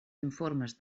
informes